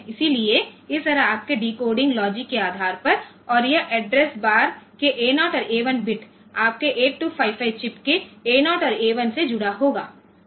इसलिए इस तरह आपके डिकोडिंग लॉजिक के आधार पर और यह एड्रेस बार केA 0 और A 1 बिट्स आपके 8255 चिप के A 0 और A 1 से जुड़ा हुआ है